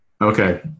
Okay